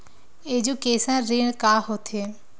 Education ऋण का होथे?